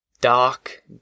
dark